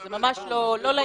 אז זה ממש לא לעניין,